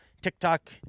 TikTok